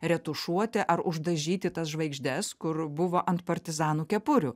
retušuoti ar uždažyti tas žvaigždes kur buvo ant partizanų kepurių